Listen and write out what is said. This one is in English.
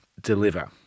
deliver